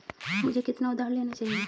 मुझे कितना उधार लेना चाहिए?